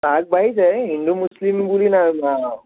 chance বাঢ়িছে হিন্দু মুছলিম বুলি